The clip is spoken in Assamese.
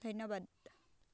ধন্যবাদ